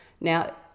now